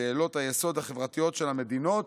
שאלות היסוד החברתיות של המדינות